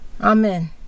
Amen